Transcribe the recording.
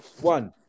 one